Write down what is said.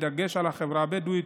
בדגש על החברה הבדואית,